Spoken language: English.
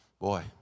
boy